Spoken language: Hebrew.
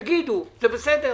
תגידו, זה בסדר.